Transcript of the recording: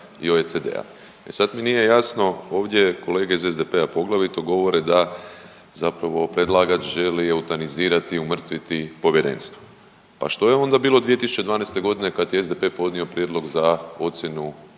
i OECD-a. E sad mi nije jasno ovdje kolege iz SDP-a poglavito govore da zapravo predlagač želi eutanazirati, umrtviti povjerenstvo. Pa što je onda bilo 2012. godine kad je SDP podnio prijedlog za ocjenu